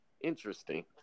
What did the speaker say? Interesting